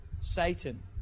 Satan